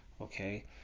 Okay